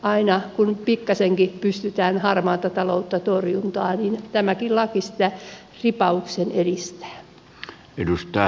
aina kun pikkasenkin pystytään harmaata taloutta torjumaan niin tämäkin laki sitä ripauksen edistää